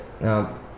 now